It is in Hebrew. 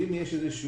ואם יש המשכיות,